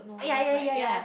ah ya ya ya ya